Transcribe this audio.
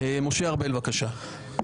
משה ארבל, בבקשה.